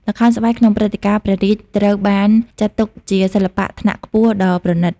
ល្ខោនស្បែកក្នុងព្រឹត្តិការណ៍ព្រះរាជត្រូវបានចាត់ទុកជាសិល្បៈថ្នាក់ខ្ពស់ដ៏ប្រណីត។